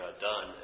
done